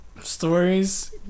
stories